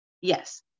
Yes